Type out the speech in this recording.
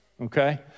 okay